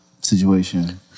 situation